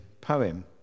poem